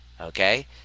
okay